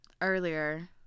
Earlier